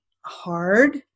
hard